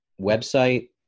website